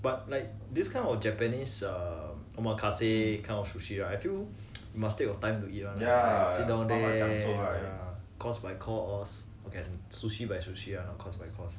but like this kind of japanese err omakase kind of sushi right I feel you must take your time to eat one eh sit down there ya cause course by course sushi by sushi or course by course